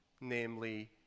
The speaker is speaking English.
namely